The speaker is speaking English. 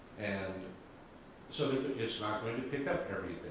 and so it's not going to pick up